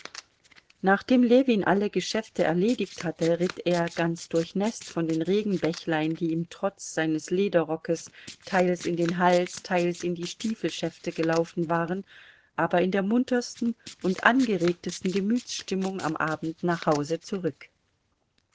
nachdem ljewin alle geschäfte erledigt hatte ritt er ganz durchnäßt von den regenbächlein die ihm trotz seines lederrockes teils in den hals teils in die stiefelschäfte gelaufen waren aber in der muntersten und angeregtesten gemütsstimmung am abend nach hause zurück